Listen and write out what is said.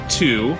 two